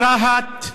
ברהט,